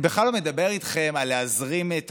אני בכלל לא מדבר איתכם על להזרים את